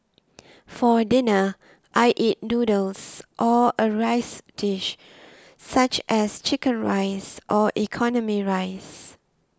for dinner I eat noodles or a rice dish such as Chicken Rice or economy rice